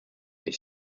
est